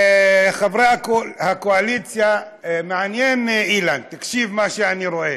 חברי הקואליציה, מעניין, אילן, תקשיב מה אני רואה.